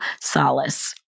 solace